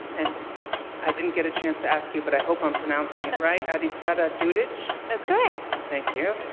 and i didn't get a chance to ask you, but i hope i'm pronouncing it right. adisada dudic? that's correct! thank you.